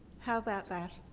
how about that?